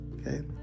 okay